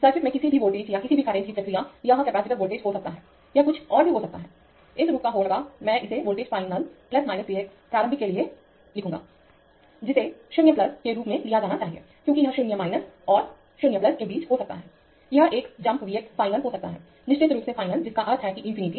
circuit में किसी भी वोल्टेज या किसी भी करंट की प्रतिक्रिया यह कैपेसिटर वोल्टेज हो सकता है यह कुछ और भी हो सकता है इस रूप का होगा मैं इसे वोल्टेज फाइनल V x प्रारंभिक के लिए लिखूंगा जिसे 0 के रूप में लिया जाना चाहिए क्योंकि यह 0 और 0 के बीच हो सकता हैयह एक जंप V x फ़ाइनल हो सकता है निश्चित रूप से फ़ाइनल जिसका अर्थ है इंफिनिटी